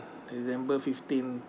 december fifteen